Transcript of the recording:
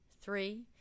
Three